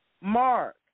Mark